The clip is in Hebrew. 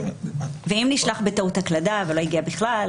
ואם נשלח בטעות הקלדה ולא הגיע בכלל?